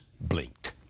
blinked